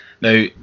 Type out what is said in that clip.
Now